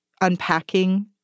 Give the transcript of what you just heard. unpacking